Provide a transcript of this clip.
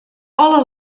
alle